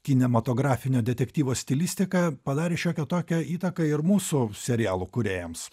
kinematografinio detektyvo stilistika padarė šiokią tokią įtaką ir mūsų serialų kūrėjams